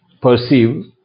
perceive